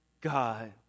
God